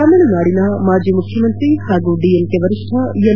ತಮಿಳುನಾಡಿನ ಮಾಜಿ ಮುಖ್ಯಮಂತ್ರಿ ಹಾಗೂ ಡಿಎಂಕೆ ವರಿಷ್ಣ ಎಂ